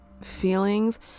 feelings